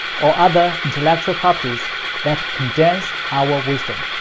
or other intellectual properties that condense our wisdom.